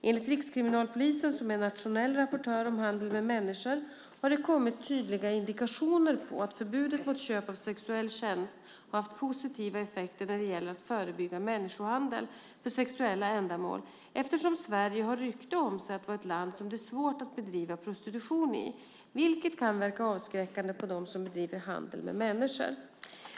Enligt rikskriminalpolisen, som är nationell rapportör om handel med människor, har det kommit tydliga indikationer på att förbudet mot köp av sexuell tjänst har haft positiva effekter när det gäller att förebygga människohandel för sexuella ändamål eftersom Sverige har rykte om sig att vara ett land som det är svårt att bedriva prostitution i, vilket kan verka avskräckande på dem som bedriver handel med människor.